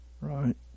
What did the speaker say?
right